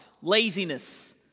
laziness